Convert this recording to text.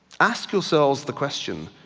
ask yourselves the question,